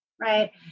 right